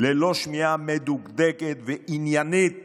ללא שמיעה מדוקדקת ועניינית